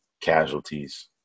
casualties